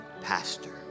pastor